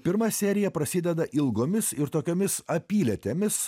pirma serija prasideda ilgomis ir tokiomis apylėtėmis